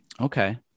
Okay